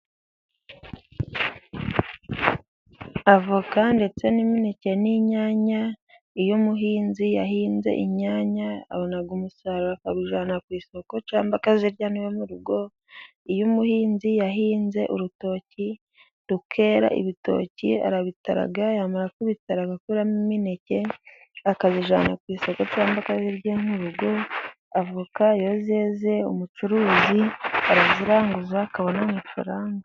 Avoka ndetse n'imineke n'inyanya. Iyo umuhinzi yahinze inyanya abona umusaruro, akawujyana ku isoko cyangwa akazirya n'iwe mu rugo. Iyo umuhinzi yahinze urutoki rukera, ibitoki arabitara yamara kubitara agakuramo imineke akayijyana ku isoko, cyangwa akayirya iwe mu rugo. Avoka iyo zeze umucuruzi araziranguza akabona amafaranga.